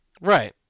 right